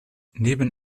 neben